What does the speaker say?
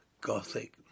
gothic